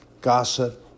gossip